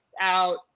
out